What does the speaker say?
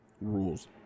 rules